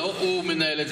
זה לא הוא מנהל את זה.